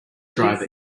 driver